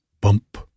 Bump